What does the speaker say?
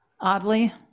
Oddly